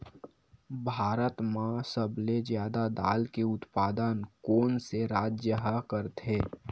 भारत मा सबले जादा दाल के उत्पादन कोन से राज्य हा करथे?